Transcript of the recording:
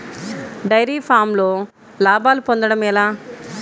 Dairy ఫామ్లో లాభాలు పొందడం ఎలా?